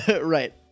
right